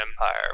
Empire